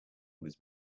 was